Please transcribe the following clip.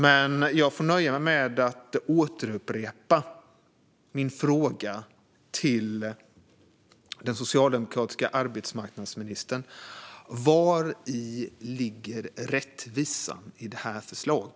Jag får dock nöja mig med att upprepa min fråga till den socialdemokratiska arbetsmarknadsministern: Vari ligger rättvisan i detta förslag?